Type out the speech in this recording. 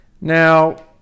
Now